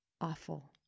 awful